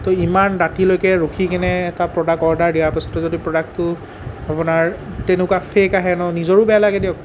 তৌ ইমান ৰাতিলৈকে ৰখি কেনে এটা প্ৰডাক্ট অৰ্ডাৰ দিয়াৰ পাছতো যদি প্ৰডাক্টটো আপোনাৰ তেনেকুৱা ফেক আহে ন নিজৰো বেয়া লাগে দিয়ক